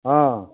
हँ